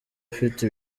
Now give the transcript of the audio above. ufite